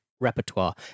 repertoire